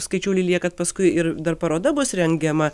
skaičiau lilija kad paskui ir dar paroda bus rengiama